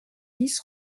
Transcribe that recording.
dix